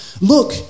Look